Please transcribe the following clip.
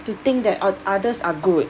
to think that ot~ others are good